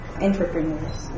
entrepreneurs